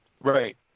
Right